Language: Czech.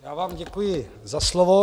Já vám děkuji za slovo.